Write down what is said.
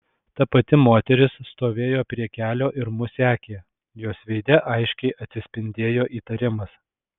ta pati moteris stovėjo prie kelio ir mus sekė jos veide aiškiai atsispindėjo įtarimas